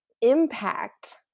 impact